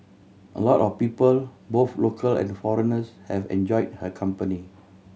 a lot of people both local and foreigners have enjoyed her company